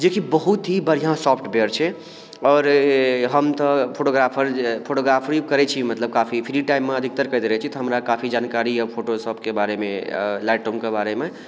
जेकि बहुत ही बढ़िआँ सॉफ्टवेयर छै आओर हम तऽ फोटोग्राफर जे फोटोग्राफरी करैत छी मतलब काफी फ्री टाइममे अधिकतर करैत रहैत छी तऽ हमरा काफी जानकारी यऽ फोटो शॉपके बारेमे लाइट्रोमके बारेमे